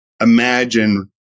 imagine